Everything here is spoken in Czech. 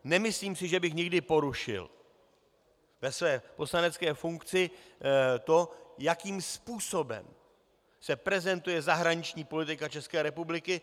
Nemyslím si, že bych někdy porušil ve své poslanecké funkci to, jakým způsobem se prezentuje zahraniční politika České republiky.